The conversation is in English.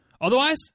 Otherwise